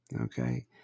okay